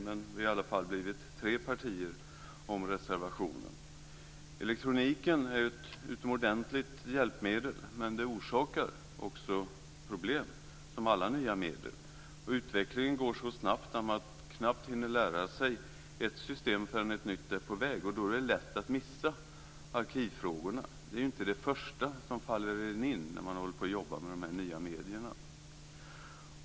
Men vi har i alla blivit tre partier om reservationen. Elektroniken är ett utomordentligt hjälpmedel, men den orsakar, som alla nya medel, också problem. Utvecklingen går så snabbt att man knappt hinner lära sig ett system förrän ett nytt är på väg. Då är det lätt att missa arkivfrågorna. De är ju inte de första som man tänker på när man jobbar med de nya medierna.